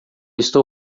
estou